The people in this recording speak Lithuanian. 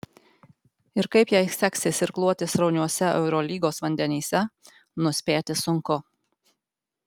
ir kaip jai seksis irkluoti srauniuose eurolygos vandenyse nuspėti sunku